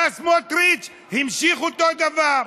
עלה סמוטריץ והמשיך אותו דבר.